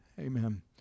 Amen